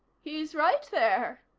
he's right there,